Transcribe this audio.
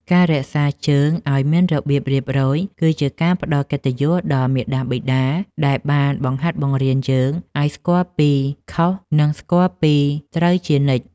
ការរក្សាជើងឱ្យមានរបៀបរៀបរយគឺជាការផ្តល់កិត្តិយសដល់មាតាបិតាដែលបានបង្ហាត់បង្រៀនយើងឱ្យស្គាល់ពីខុស និង ស្គាល់ពីត្រូវជានិច្ច។